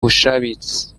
bushabitsi